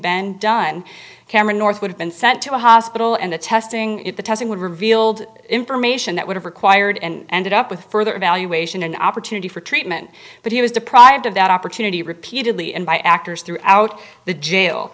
bend done cameron north would have been sent to a hospital and the testing the testing would revealed information that would have required and ended up with a further evaluation an opportunity for treatment but he was deprived of that opportunity repeatedly and by actors throughout the jail